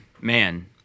Man